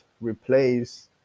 replace